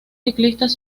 ciclistas